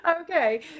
Okay